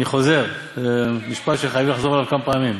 אני חוזר, זה משפט שחייבים לחזור עליו כמה פעמים.